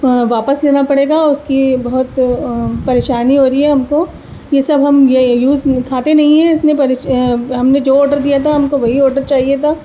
واپس لینا پڑے گا اس کی بہت پریشانی ہو رہی ہے ہم کو یہ سب ہم یہ یوز کھاتے نہیں ہیں اس میں ہم نے جو آڈر دیا تھا ہم کو وہی آڈر چاہیے تھا